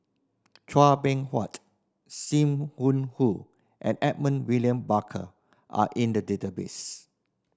Chua Beng Huat Sim Wong Hoo and Edmund William Barker are in the database